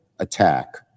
attack